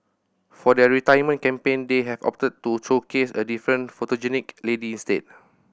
for their retirement campaign they have opted to showcase a different photogenic lady instead